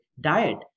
diet